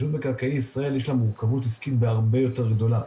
רשות מקרקעי ישראל יש לה מורכבות עסקית בהרבה יותר גדולה.